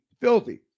filthy